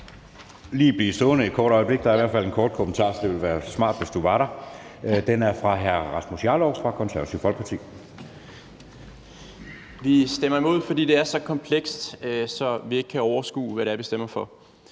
»Vi stemmer imod, fordi det er så komplekst, at vi ikke kan overskue, hvad det er, vi stemmer om«.